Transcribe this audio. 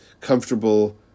comfortable